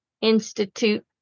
Institute